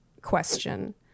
question